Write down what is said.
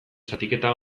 zatiketa